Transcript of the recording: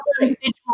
individual